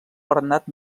bernat